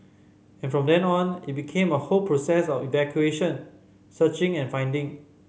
and from then on it became a whole process of excavation searching and finding